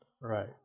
Right